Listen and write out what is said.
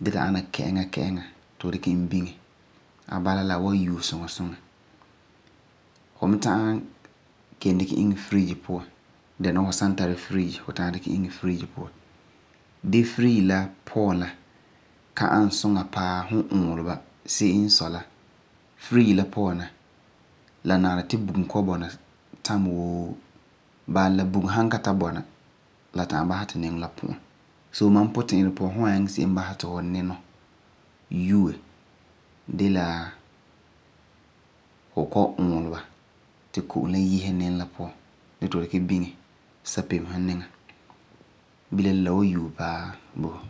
gee ti a ana kɛ'ɛŋa kɛ'ɛŋa tu fu dikɛ e biŋɛ. Fu mi ta’am kelum dikɛ e iŋɛ fridge puan ama la mi tara ti time woo buŋa bɔna. Bala la, ma puti’irɛ puan kɔ'ɔm dɛna la fu basɛ ti wunteeŋa basɛ ti a kue, bala la wan yue suŋa paa bo fɔ.